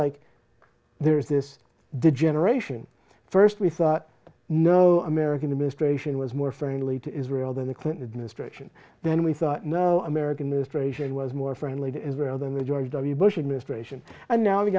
like there is this the generation first we thought no american administration was more friendly to israel than the clinton administration then we thought no american ministration was more friendly to israel than the george w bush administration and now